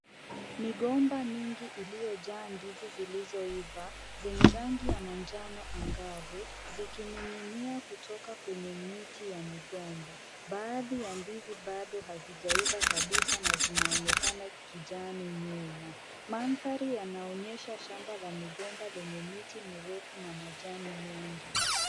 Migomba mingi iliyojaa ndizi zilizoiva zenye rangi ya manjano angavu, zikining'inia kutoka kwenye miti ya migomba. Baadhi ya ndizi bado hazijaiva kabisa na zinaonekana kijani nyuma. Mandhari yanaonyesha shamba la migomba lenye miti mirefu na majani mengi.